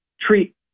treat